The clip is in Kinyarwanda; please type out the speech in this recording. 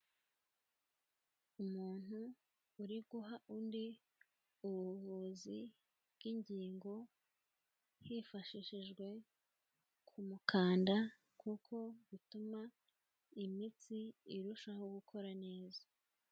Umuntu uri guha undi ubuvuzi bw'ingingo, hifashishijwe kumukanda kuko butuma imitsi irushaho gukora neza.